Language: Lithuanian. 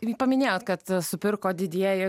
paminėjot kad supirko didieji